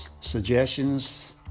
suggestions